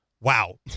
wow